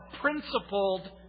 principled